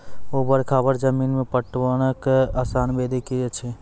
ऊवर खाबड़ जमीन मे पटवनक आसान विधि की ऐछि?